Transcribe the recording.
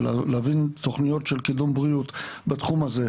ולהוביל תוכניות של קידום בריאות בתחום הזה,